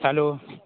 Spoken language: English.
hello